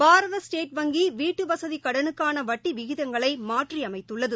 பாரத state வங்கி வீட்டு வசதி கடனுக்கான வட்டிவிகிதங்களை மாற்றி அமைத்துள்ளது